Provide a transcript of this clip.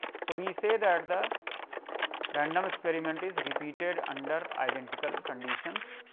so, we say that the random experiment is repeated under identical conditions,